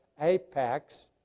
apex